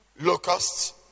locusts